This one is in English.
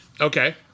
Okay